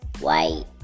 White